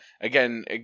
Again